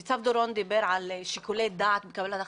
ניצב דורון דיבר על שיקולי דעת בקבלת החלטות,